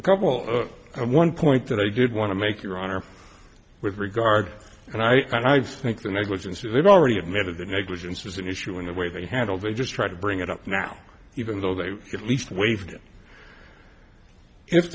a couple of one point that i did want to make your honor with regard and i think the negligence of it already admitted the negligence was an issue in the way they handled it just try to bring it up now even though they at least waived